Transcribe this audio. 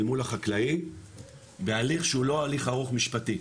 מול החקלאי בהליך שהוא לא הליך ארוך משפטית,